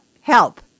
Help